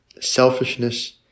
selfishness